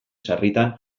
sarritan